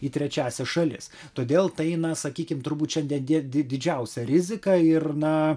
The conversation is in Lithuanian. į trečiąsias šalis todėl tai na sakykim turbūt šiandien di didžiausia rizika ir na